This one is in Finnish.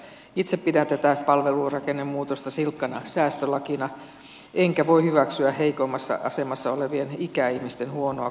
itse pidän tätä palvelurakennemuutosta silkkana säästölakina enkä voi hyväksyä heikommassa asemassa olevien ikäihmisten huonoa kohtelua